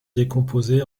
décomposé